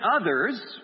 others